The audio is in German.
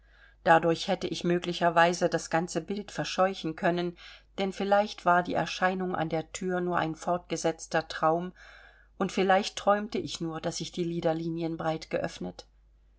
dadurch hätte ich möglicherweise das ganze bild verscheuchen können denn vielleicht war die erscheinung an der thür nur ein fortgesetzter traum und vielleicht träumte ich nur daß ich die lider linienbreit geöffnet